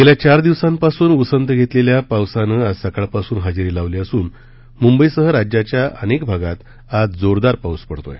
गेल्या चार दिवसांपासून उसंत घेतलेल्या पावसानं आज सकाळपासून हजेरी लावली असून मुंबईसह राज्याघ्या अनेक भागात आज जोरदार पाऊस होत आहे